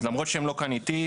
אז למרות שהם לא כאן איתי,